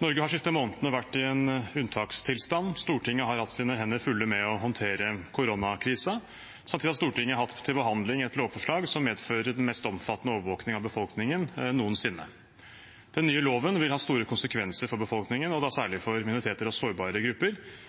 Norge har de siste månedene vært i en unntakstilstand. Stortinget har hatt sine hender fulle med å håndtere koronakrisen. Samtidig har Stortinget hatt til behandling et lovforslag som medfører den mest omfattende overvåking av befolkningen noensinne. Den nye loven vil ha store konsekvenser for befolkningen, og da særlig for minoriteter og sårbare grupper,